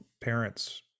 parents